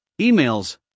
emails